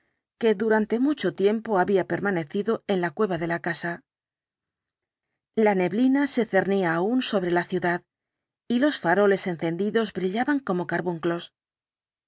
que durante mucho tiempo había permanecido en la cueva de la casa la neblina se cernía aún sobre la ciudad y los faroles encendidos brillaban como